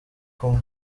kumwe